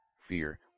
fear